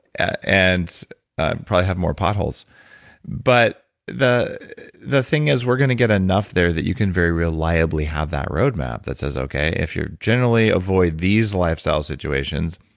and probably have more potholes but the the thing is, we're going to get enough there that you can very reliably have that roadmap that says, okay, if you generally avoid these lifestyle situations,